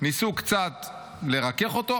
ניסו קצת לרכך אותו,